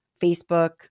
Facebook